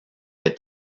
est